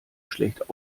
schlecht